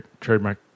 trademark